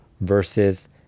versus